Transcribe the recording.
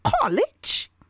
college